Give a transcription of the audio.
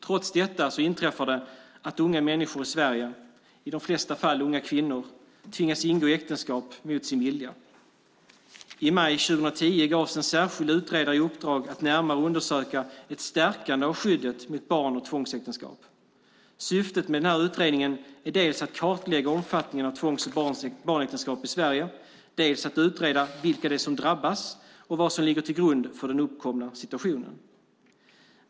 Trots detta inträffar det att unga människor i Sverige - i de flesta fall unga kvinnor - tvingas ingå äktenskap mot sin vilja. I maj 2010 gavs en särskild utredare i uppdrag att närmare undersöka ett stärkande av skyddet mot barn och tvångsäktenskap. Syftet med denna utredning är dels att kartlägga omfattningen av tvångs och barnäktenskap i Sverige, dels att utreda vilka det är som drabbas och vad som ligger till grund för den uppkomna situationen.